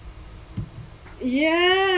ya~